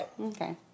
okay